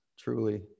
Truly